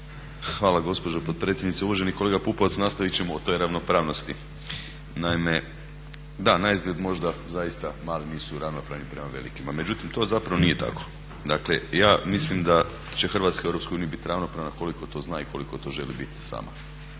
Hvala gospođo potpredsjednice. Uvaženi kolega Pupovac, nastavit ćemo o toj ravnopravnosti. Naime, da naizgled možda zaista mali nisu ravnopravni prema velikima, međutim to zapravo nije tako. Dakle, ja mislim da će Hrvatska u Europskoj uniji bit ravnopravna koliko to zna i koliko to želi biti sama.